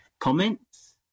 Comments